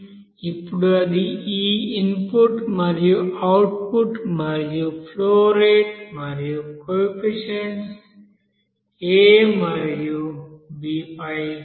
ఇప్పుడు అది ఈ ఇన్పుట్ మరియు అవుట్పుట్ మరియు ఫ్లో రేటు మరియు కోఫీసియెంట్స్ a మరియు b పై ఆధారపడి ఉంటుంది